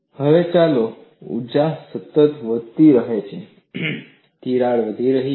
હવે ચાલો જોઈએ ઊર્જા સતત વધતી રહે છે તિરાડ વધી રહી છે